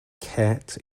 cat